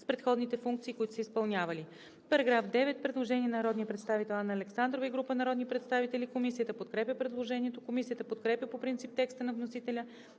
с предходните функции, които са изпълнявали.“ По § 9 има постъпило предложение от народния представител Анна Александрова и група народни представители. Комисията подкрепя предложението. Комисията подкрепя по принцип текста на вносителя